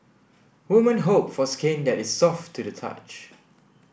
woman hope for skin that is soft to the touch